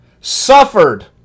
suffered